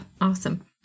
awesome